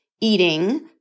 eating